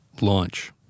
Launch